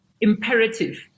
imperative